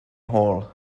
hall